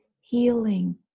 healing